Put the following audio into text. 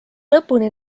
lõpuni